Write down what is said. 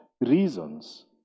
reasons